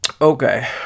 Okay